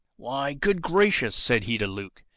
why, good gracious'! said he to luke,